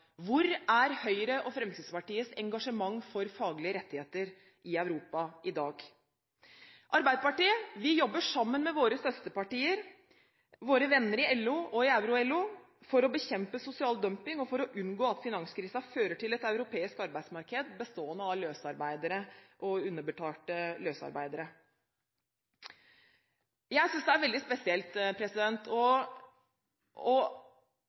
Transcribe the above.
Hvor er Høyres og Fremskrittspartiets engasjement for faglige rettigheter i Europa i dag? Arbeiderpartiet jobber sammen med våre søsterpartier, våre venner i LO og i Euro-LO for å bekjempe sosial dumping og for å unngå at finanskrisen fører til et europeisk arbeidsmarked bestående av løsarbeidere og underbetalte løsarbeidere. Jeg synes det er veldig spesielt å oppleve at Arbeiderpartiets og